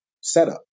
setup